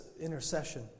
intercession